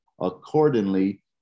Accordingly